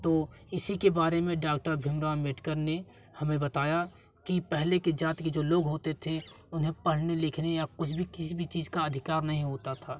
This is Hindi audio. तो इसी के बारे में डाक्टर भीमराव अंबेडकर ने हमें बताया कि पहले के जाति की जो लोग होते थे उन्हें पढ़ने लिखने या कुछ भी किसी भी चीज का अधिकार नहीं होता था